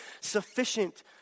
sufficient